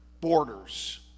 borders